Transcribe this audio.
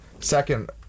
Second